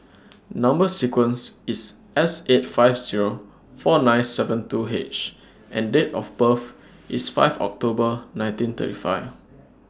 Number sequence IS S eight five Zero four nine seven two H and Date of birth IS five October nineteen thirty five